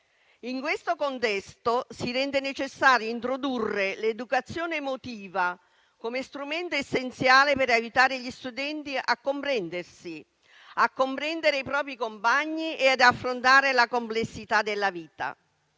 In questo contesto si rende necessario introdurre l'educazione emotiva come strumento essenziale per aiutare gli studenti a comprendersi, a comprendere i propri compagni e ad affrontare la complessità della vita.